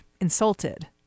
insulted